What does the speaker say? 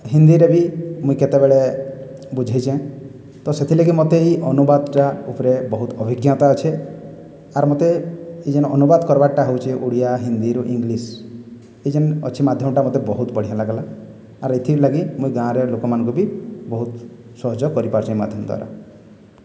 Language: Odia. ହିନ୍ଦୀରେ ବି ମୁଇଁ କେତେବେଳେ ବୁଝଇଚେଁ ତ ସେଥିଲାଗି ମତେ ଏଇ ଅନୁବାଦଟା ଉପରେ ବହୁତ ଅଭିଜ୍ଞତା ଅଛେ ଆର୍ ମତେ ଏ ଯେନ୍ ଅନୁବାଦ କରିବାଟା ହଉଚେ ଓଡ଼ିଆ ହିନ୍ଦୀରୁ ଇଙ୍ଗ୍ଲିଶ୍ ଏଇ ଯେନ୍ ଅଛେ ମାଧ୍ୟମଟା ମତେ ବହୁତ ବଢ଼ିଆ ଲାଗ୍ଲା ଆର୍ ଏଥିର୍ଲାଗି ମୁଇଁ ଗାଁରେ ଲୋକମାନଙ୍କୁ ବି ବହୁତ ସହଯୋଗ କରିପାରୁଚେଁ ଏ ମାଧ୍ୟମ ଦ୍ୱାରା